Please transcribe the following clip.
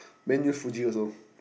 then use Fuji also